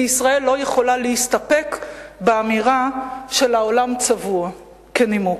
וישראל לא יכולה להסתפק באמירה "העולם צבוע" כנימוק.